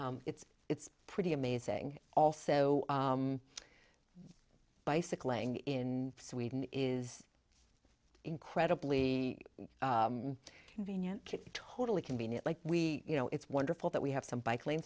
it's it's pretty amazing also bicycling in sweden is incredibly convenient totally convenient like we you know it's wonderful that we have some bike lane